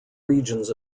regions